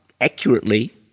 accurately